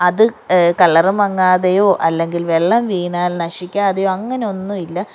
അത് കളറ് മങ്ങാതെയോ അല്ലെങ്കിൽ വെള്ളം വീണാൽ നശിക്കാതെയോ അങ്ങനെ ഒന്നും ഇല്ല